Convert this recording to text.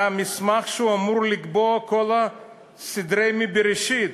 מסמך שאמור לשנות את כל סדרי בראשית.